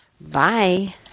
Bye